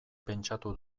pentsatu